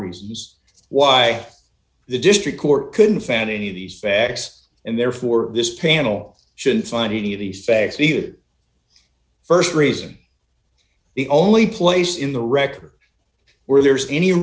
reasons why the district court couldn't fan any of these facts and therefore this panel shouldn't find any of these facts be the st reason the only place in the record where there's any